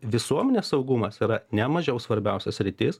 visuomenės saugumas yra ne mažiau svarbiausia sritis